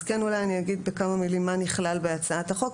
אז אני אגיד בכמה מילים מה נכלל בהצעת החוק.